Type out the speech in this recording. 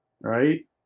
right